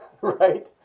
right